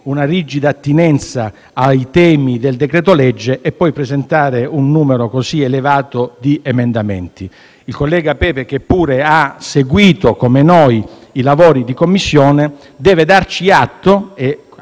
una rigida attinenza ai temi del decreto-legge e poi presentare un numero così elevato di emendamenti. Il senatore Pepe, che pure ha seguito, come noi, i lavori di Commissione, deve darci atto -